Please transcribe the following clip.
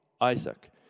Isaac